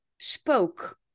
spoke